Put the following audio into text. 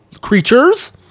creatures